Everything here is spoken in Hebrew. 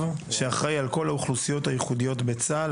שאחראי על כל האוכלוסיות הייחודיות בצבא.